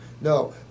no